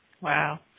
Wow